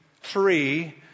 three